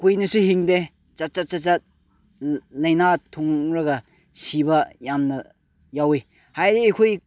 ꯀꯨꯏꯅꯁꯨ ꯍꯤꯡꯗꯦ ꯁꯠ ꯁꯠ ꯁꯠ ꯁꯠ ꯂꯥꯏꯅꯥ ꯊꯨꯡꯂꯒ ꯁꯤꯕ ꯌꯥꯝꯅ ꯌꯥꯎꯋꯤ ꯍꯥꯏꯗꯤ ꯑꯩꯈꯣꯏ